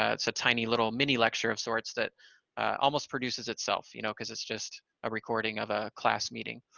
ah it's a tiny, little, mini lecture of sorts that almost produces itself, you know, because it's just a recording of a class meeting.